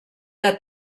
que